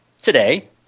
Today